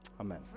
amen